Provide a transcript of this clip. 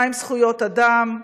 מהן זכויות אדם,